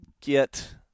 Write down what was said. get